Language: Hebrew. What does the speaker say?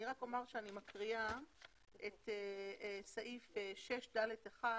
אני מקריאה את סעיף 6(ד1)